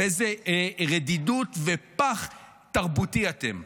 ואיזה רדידות ופח תרבותי אתם.